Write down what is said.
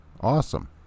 Awesome